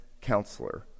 counselor